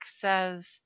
says